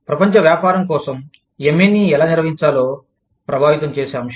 ప్రపంచ వ్యాపారం కోసం MNE ఎలా నిర్వహించాలో ప్రభావితం చేసే అంశాలు